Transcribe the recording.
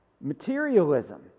Materialism